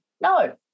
No